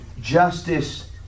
justice